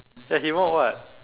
as in you work what